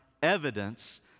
evidence